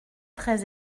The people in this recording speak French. très